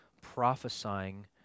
prophesying